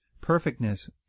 perfectness